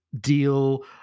deal